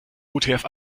utf